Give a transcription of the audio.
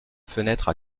fenêtre